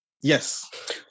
Yes